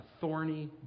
thorny